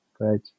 right